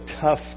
tough